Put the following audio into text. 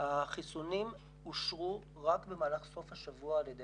החיסונים אושרו רק במהלך סוף השבוע על ידי